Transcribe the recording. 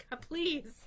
please